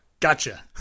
Gotcha